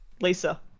Lisa